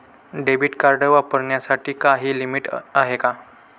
Debit card वापरण्यासाठी काही limit आहे का?